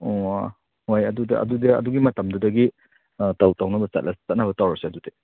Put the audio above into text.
ꯑꯣ ꯍꯣꯏ ꯑꯗꯨꯗ ꯑꯗꯨꯗꯤ ꯑꯗꯨꯒꯤ ꯃꯇꯝꯗꯨꯗꯒꯤ ꯇꯧꯅꯕ ꯆꯠꯅꯕ ꯇꯧꯔꯁꯦ ꯑꯗꯨꯗꯤ